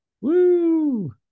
Woo